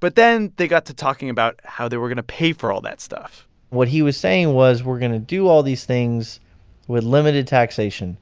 but then they got to talking about how they were going to pay for all that stuff what he was saying was, we're going to do all these things with limited taxation